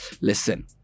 Listen